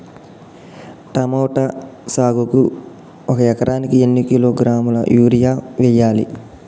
Tomato సాగుకు ఒక ఎకరానికి ఎన్ని కిలోగ్రాముల యూరియా వెయ్యాలి?